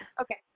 Okay